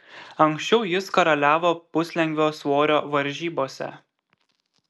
anksčiau jis karaliavo puslengvio svorio varžybose